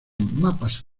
mapas